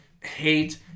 hate